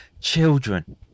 children